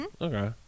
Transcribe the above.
Okay